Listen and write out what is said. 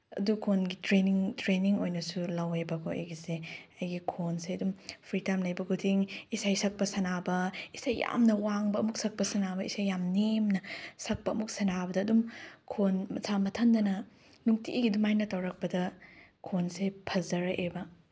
ꯑꯗꯨ ꯈꯣꯟꯒꯤ training training ꯑꯣꯏꯅꯁꯨ ꯂꯧꯋꯦꯕꯀꯣ ꯑꯩꯒꯤꯁꯦ ꯑꯩꯒꯤ ꯈꯣꯟꯁꯦ ꯑꯗꯨꯝ ꯐ꯭ꯔꯤ ꯇꯥꯏꯝ ꯂꯩꯕ ꯈꯨꯗꯤꯡ ꯏꯁꯩ ꯁꯛꯄ ꯁꯥꯟꯅꯕ ꯏꯁꯩ ꯌꯥꯝꯅ ꯋꯥꯡꯕ ꯑꯃꯨꯛ ꯁꯛꯄ ꯁꯥꯟꯅꯕ ꯏꯁꯩ ꯌꯥꯝ ꯅꯦꯝꯅ ꯁꯛꯄ ꯑꯃꯨꯛ ꯁꯥꯟꯅꯕꯗ ꯑꯗꯨꯝ ꯈꯣꯟ ꯃꯁꯥ ꯃꯊꯟꯗꯅ ꯅꯨꯡꯇꯤꯒꯤ ꯑꯗꯨꯃꯥꯏꯅ ꯇꯧꯔꯛꯄꯗ ꯈꯣꯟꯁꯦ ꯐꯖꯔꯛꯑꯦꯕ